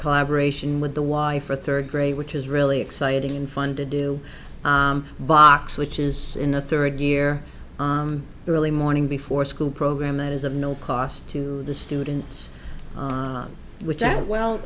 collaboration with the wife for third grade which is really exciting and fun to do box which is in the third year the early morning before school program that is of no cost to the students with that well